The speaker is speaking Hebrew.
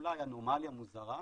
אולי אנומליה מוזרה,